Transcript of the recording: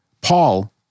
Paul